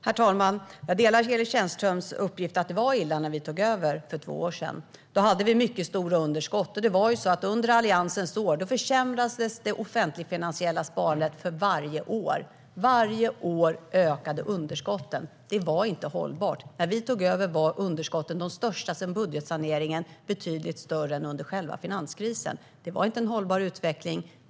Herr talman! Jag instämmer i Emil Källströms uppgift att det var illa när vi tog över för två år sedan. Då var det mycket stora underskott. Under Alliansens regeringsår försämrades det offentligfinansiella sparandet varje år. Varje år ökade underskotten. Det var inte hållbart. När vi tog över var underskotten de största sedan budgetsaneringen, det vill säga betydligt större än under själva finanskrisen. Det var inte en hållbar utveckling.